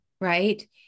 Right